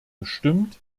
gestimmt